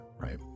right